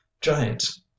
giants